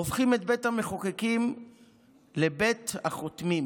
הופכים את בית המחוקקים לבית החותמים